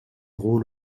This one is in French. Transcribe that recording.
rôles